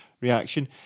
reaction